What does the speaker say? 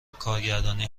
کارگردانی